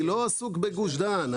אני לא עסוק בגוש דן,